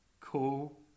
cool